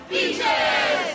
Beaches